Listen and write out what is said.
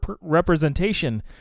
representation